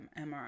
MRI